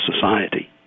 society